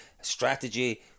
strategy